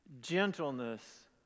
gentleness